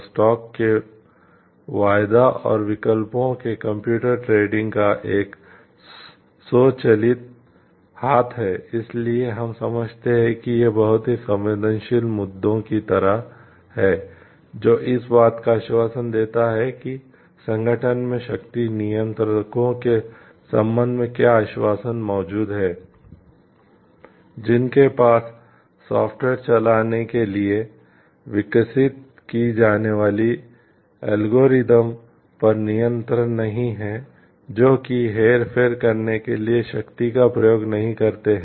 stock trading पर नियंत्रण नहीं है जो कि हेरफेर करने के लिए शक्ति का प्रयोग नहीं करते हैं